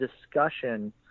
discussion